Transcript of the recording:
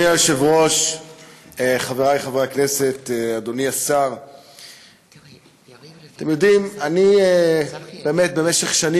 חברי הכנסת, סדרת הצעות אי-אמון בממשלה.